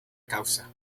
causa